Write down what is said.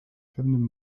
pewnym